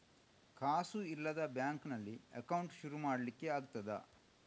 ಕಾಸು ಇಲ್ಲದ ಬ್ಯಾಂಕ್ ನಲ್ಲಿ ಅಕೌಂಟ್ ಶುರು ಮಾಡ್ಲಿಕ್ಕೆ ಆಗ್ತದಾ?